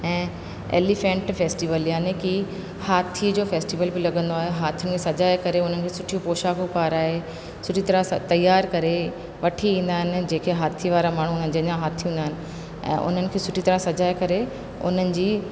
ऐं elephant festival याने की हाथीअ जो फैस्टिवल बि लॻंदो आहे हाथियुनि खे सॼाए करे उन खे सुठियूं पोषाकूं पाराए सुठी तरह सां तैयारु करे वठी ईंदा आहिनि जेके हाथी वारा माण्हू जंहिंजा हाथी हूंदा आहिनि ऐं उन्हनि खे सुठी तरह सॼाए करे उन्हनि जी